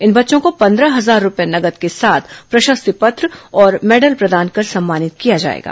इन बच्चों को पंद्रह हजार रूपये नगद के साथ प्रशस्ति पत्र और मैडल प्रदान कर सम्मानित किया जाएगा